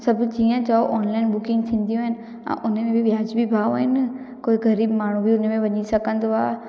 सभु जीअं चओ ऑनलाइन बुकिंग थींदियूं आहिनि ऐं उन में बि वाजिबी भाव आहिनि कोई ग़रीबु माण्हू बि हुन में वञी सघंदो आहे